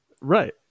right